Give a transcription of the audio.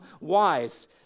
wise